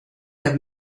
have